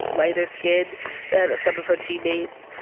lighter-skinned than some of her teammates.